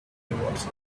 towards